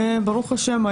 וברוך השם,